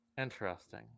Interesting